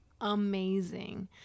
amazing